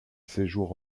séjour